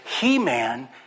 He-Man